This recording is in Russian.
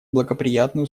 благоприятные